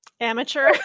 amateur